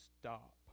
stop